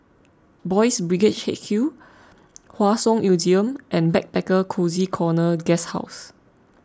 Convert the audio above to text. Boys' Brigade H Q Hua Song Museum and Backpacker Cozy Corner Guesthouse